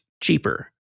cheaper